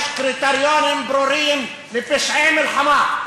יש קריטריונים ברורים לפשעי מלחמה.